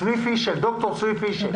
ד"ר צבי פישל.